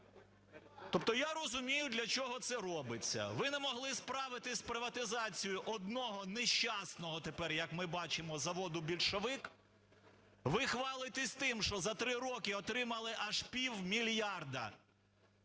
Тобто я розумію, для чого це робиться. Ви не могли справитися з приватизацією одного нещасного, тепер як ми бачимо, заводу "Більшовик", ви хвалитесь тим, що за три роки отримали аж пів мільярда